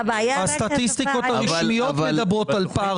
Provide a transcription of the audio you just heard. הסטטיסטיקות הרשמיות מדברות על פער-